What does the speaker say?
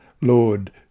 Lord